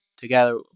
Together